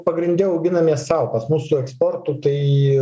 pagrinde auginamės sau pas mus su eksportu tai